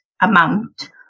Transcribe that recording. amount